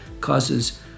causes